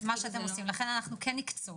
לכן אנחנו נקצוב,